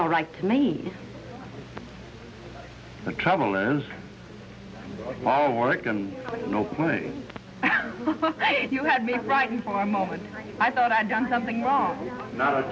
all right to me the trouble is all work and no play you got me writing for a moment i thought i had done something wrong not